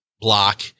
block